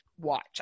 Watch